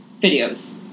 videos